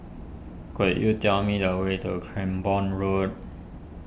could you tell me the way to Cranborne Road